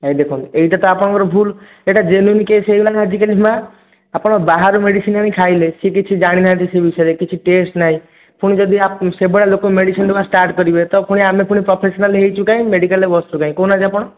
ଏଇ ଦେଖନ୍ତୁ ଏଇଟା ତ ଆପଣଙ୍କର ଭୁଲ୍ ଏଇଟା ଜେନୁଇନ୍ କେସ୍ ହୋଇଗଲା ଆଜିକାଲି ମା' ଆପଣ ବାହାର ମେଡ଼ିସିନ୍ ଆଣିକି ଖାଇଲେ ସେ କିଛି ଜାଣି ନାହାନ୍ତି ସେ ବିଷୟରେ କିଛି ଟେଷ୍ଟ୍ ନାହିଁ ପୁଣି ଯଦି ସେ ଭଳିଆ ଲୋକ ମେଡ଼ିସିନ୍ ଦେବା ଷ୍ଟାର୍ଟ୍ କରିବେ ତ ପୁଣି ଆମେ ପୁଣି ପ୍ରଫେସନାଲ୍ ହୋଇଛୁ କାହିଁକି ମେଡ଼ିକାଲ୍ରେ ବସିଛୁ କାହିଁକି କହୁନାହାନ୍ତି ଆପଣ